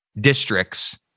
districts